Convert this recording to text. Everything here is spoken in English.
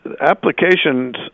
applications